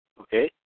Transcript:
Okay